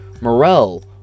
Morrell